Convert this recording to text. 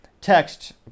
text